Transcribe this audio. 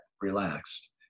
relaxed